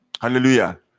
Hallelujah